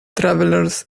travelers